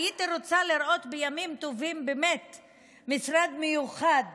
בימים טובים הייתי רוצה לראות בו משרד מיוחד